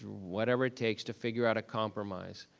whatever it takes to figure out a compromise,